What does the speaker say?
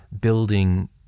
building